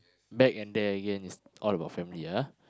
back and there again it's all about family